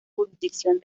jurisdicción